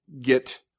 get